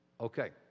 Okay